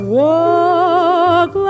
walk